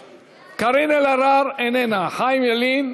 נוכח, קארין אלהרר, אינה נוכחת, חיים ילין,